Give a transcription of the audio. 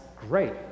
great